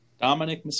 Dominic